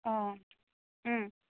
অঁ